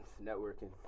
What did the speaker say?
networking